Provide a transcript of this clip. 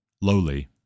lowly